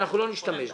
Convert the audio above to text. שלא נשתמש בו.